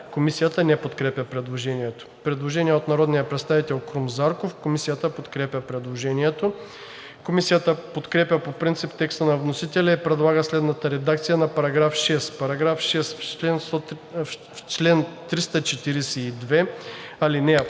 Комисията не подкрепя предложението. Има предложение от народния представител Крум Зарков. Комисията подкрепя предложението. Комисията подкрепя по принцип текста на вносителя и предлага следната редакция на § 6: „§ 6. В чл. 342, ал.